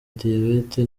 diyabete